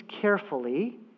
carefully